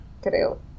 creo